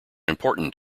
important